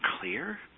clear